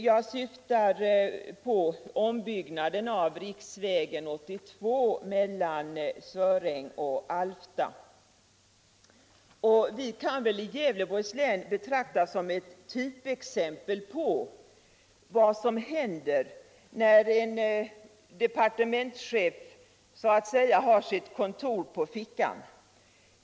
Jag syftar på ombyggnaden av riksväg 82 mellan Söräng och Alfta. Gävleborgs län kan väl betraktas som ett typexempel på vad som händer när en departementschef så att säga har sitt kontor på fickan.